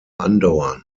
andauern